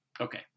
okay